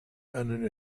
einen